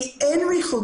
כי אין ריחוק